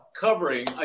covering